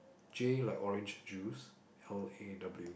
J like orange juice L_A_W